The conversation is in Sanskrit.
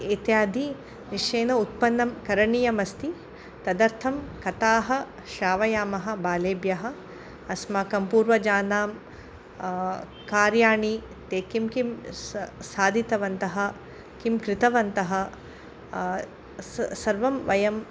इत्यादि विषयेण उत्पन्नं करणीयमस्ति तदर्थं कथाः श्रावयामः बालेभ्यः अस्माकं पूर्वजानां कार्याणि ते किं किं सा साधितवन्तः किं कृतवन्तः स सर्वं वयम्